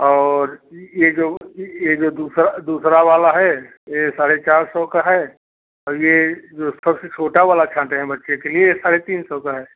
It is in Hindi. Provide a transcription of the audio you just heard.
और यह जो यह जो दूसरा दूसरा वाला है यह साढ़े चार सौ का है और यह जो सबसे छोटा वाला छांटे हैं बच्चे के लिए यह साढ़े तीन सौ का है